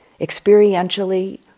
Experientially